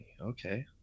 Okay